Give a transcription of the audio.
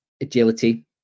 agility